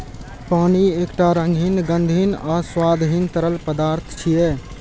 पानि एकटा रंगहीन, गंधहीन आ स्वादहीन तरल पदार्थ छियै